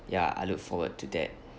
ya I look forward to that